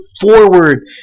forward